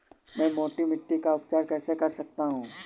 मैं मोटी मिट्टी का उपचार कैसे कर सकता हूँ?